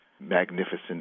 magnificent